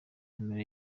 numero